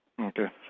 Okay